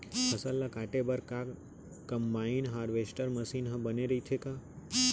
फसल ल काटे बर का कंबाइन हारवेस्टर मशीन ह बने रइथे का?